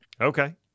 Okay